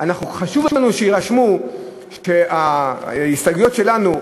אבל חשוב לנו שיירשם שההסתייגויות שלנו,